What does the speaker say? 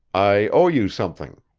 i owe you something.